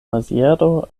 maziero